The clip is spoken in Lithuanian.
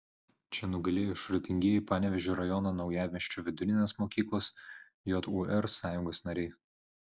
čia nugalėjo išradingieji panevėžio rajono naujamiesčio vidurinės mokyklos jūr sąjungos nariai